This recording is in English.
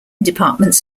departments